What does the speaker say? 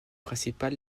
principal